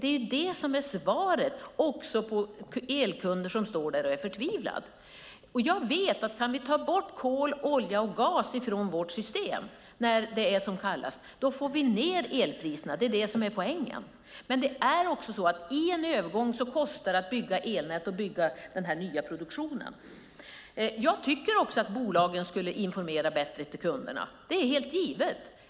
Det är det som är svaret också till elkunder som står där och är förtvivlade. Jag vet att om vi kan ta bort kol, olja och gas från vårt system när det är som kallast får vi ned elpriserna. Det är det som är poängen. Men det är också så att i en övergång kostar det att bygga elnät och att bygga den nya produktionen. Jag tycker också att bolagen borde informera bättre till kunderna. Det är helt givet.